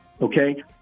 okay